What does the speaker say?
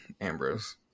Ambrose